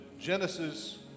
Genesis